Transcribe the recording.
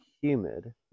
humid